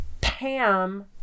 Pam